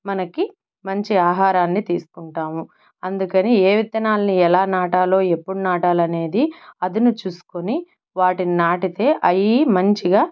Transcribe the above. మనకి మంచి ఆహారాన్ని తీసుకుంటాము అందుకని ఏ విత్తనాల్ని ఎలా నాటాలో ఎప్పుడు నాటాల అనేది అదును చూసుకొని వాటిని నాటితే అవి మంచిగా